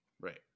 Right